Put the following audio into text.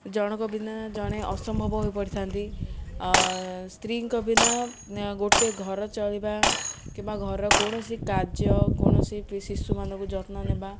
ଜଣଙ୍କ ବିନା ଜଣେ ଅସମ୍ଭବ ହୋଇପଡ଼ିଥାନ୍ତି ସ୍ତ୍ରୀଙ୍କ ବିନା ଗୋଟେ ଘର ଚଳିବା କିମ୍ବା ଘରର କୌଣସି କାର୍ଯ୍ୟ କୌଣସି ଶିଶୁମାନଙ୍କୁ ଯତ୍ନ ନେବା